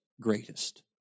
greatest